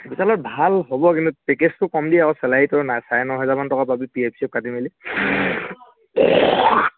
বিশালত ভাল হ'ব কিন্তু পেকেজটো কম দিয় আৰু ছেলোৰীটো নাই চাৰে ন হাজাৰান টকা পাবি পি এফ চি এফ কাটি মেলি